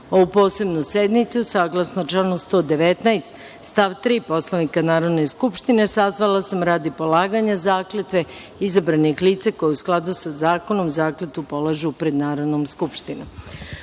posebnu sednicu, saglasno članu 119. stav 3. Poslovnika Narodne skupštine, sazvala sam radi polaganja zakletve izabranih lica koja, u skladu sa zakonom, zakletvu polažu pred Narodnom skupštinom. Podsećam